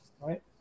right